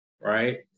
right